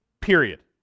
period